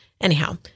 anyhow